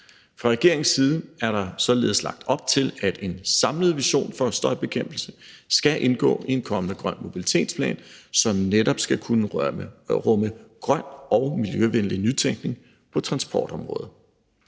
Fra regeringens side er der således lagt op til, at en samlet vision for støjbekæmpelse skal indgå i en kommende grøn mobilitetsplan, som netop skal kunne rumme grøn og miljøvenlig nytænkning på transportområdet.